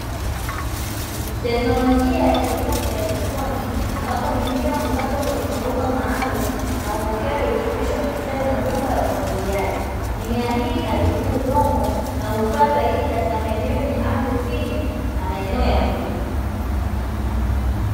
Teknolojia ya kilimo cha haidroponi, ambapo mimea hupandwa kwenye mabomba maalum, na hupokea virutubisho kupitia hayo mabomba ya umwagiliaji, Mimea hii haitumii udongo na hufaa zaidi kwenye maeneo yenye ardhi finyu na maeneo ya mjini.